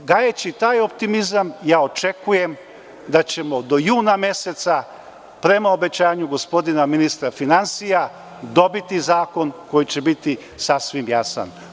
Gajeći taj optimizam očekujem da ćemo do juna meseca, prema obećanju gospodina ministra finansija dobiti zakon koji će biti sasvim jasan.